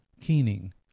keening